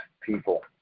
people